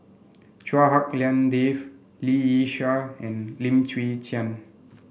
Chua Hak Lien Dave Lee Yi Shyan and Lim Chwee Chian